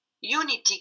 Unity